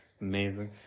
Amazing